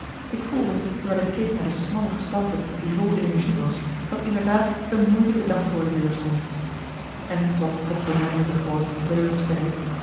ik voelde terwijl ik keek naar de smalle gestalte die vol energie was dat inderdaad een moeilijke dag voor de deur stond en toch begon hij met de grootste teleurstelling